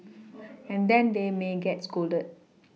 and then they may get scolded